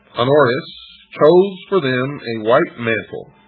honorius chose for them a white mantle,